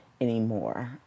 anymore